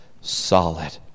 solid